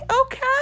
Okay